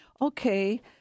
okay